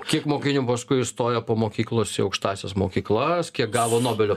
kiek mokinių paskui įstojo po mokyklos į aukštąsias mokyklas kiek gavo nobelio